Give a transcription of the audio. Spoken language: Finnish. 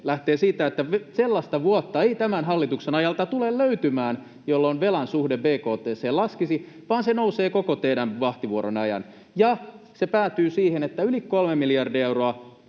lähtee siitä, että sellaista vuotta ei tämän hallituksen ajalta tule löytymään, jolloin velan suhde bkt:hen laskisi, vaan se nousee koko teidän vahtivuoronne ajan, ja se päätyy siihen, että velkaannumme yli 3 miljardia euroa